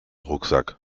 rucksack